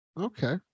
Okay